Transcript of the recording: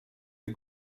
les